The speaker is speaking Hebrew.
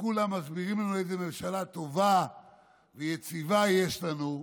כולם מסבירים לנו איזה ממשלה טובה ויציבה יש לנו,